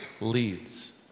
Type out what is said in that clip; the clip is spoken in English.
leads